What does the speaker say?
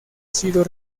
sido